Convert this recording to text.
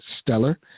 stellar